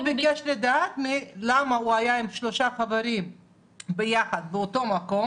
הוא ביקש לדעת למה הוא היה עם שלושה חברים ביחד באותו מקום